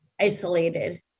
isolated